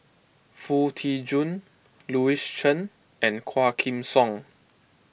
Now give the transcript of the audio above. Foo Tee Jun Louis Chen and Quah Kim Song